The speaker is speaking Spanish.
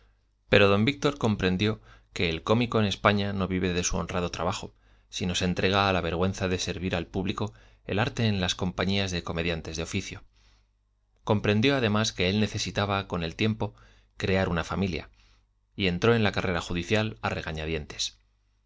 pero don víctor comprendió que el cómico en españa no vive de su honrado trabajo si no se entrega a la vergüenza de servir al público el arte en las compañías de comediantes de oficio comprendió además que él necesitaba con el tiempo crear una familia y entró en la carrera judicial a regañadientes